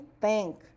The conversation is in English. thank